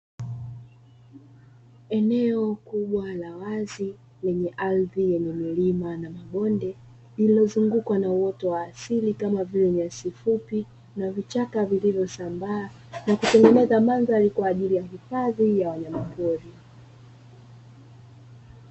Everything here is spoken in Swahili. Eneo kubwa la wazi lenye ardhi yenye milima na mabonde lililozungukwa na uoto wa asili, kama vile nyasi fupi na vichaka vilivyosambaa na kutengeneza mandhari kwa ajili ya hifadhi ya wanyamapori.